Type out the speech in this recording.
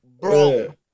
Bro